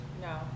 no